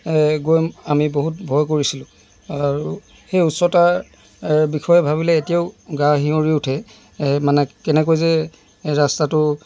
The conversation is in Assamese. এই গৈ আমি বহুত ভয় কৰিছিলোঁ আৰু সেই উচ্চতাৰ বিষয়ে ভাবিলে এতিয়াও গা শিয়ঁৰি উঠে এই মানে কেনেকৈ যে ৰাস্তাটো